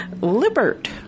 Libert